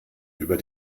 über